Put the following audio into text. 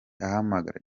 ahamagara